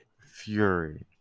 Fury